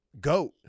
Goat